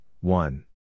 one